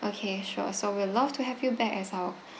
okay sure so we'll love to have you back as our